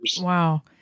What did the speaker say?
Wow